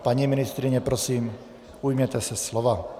Paní ministryně, prosím, ujměte se slova.